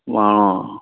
অঁ